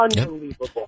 unbelievable